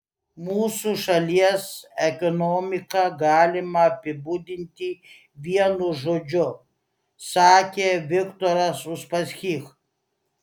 mūsų šalies ekonomiką galima apibūdinti vienu žodžiu sakė viktoras uspaskich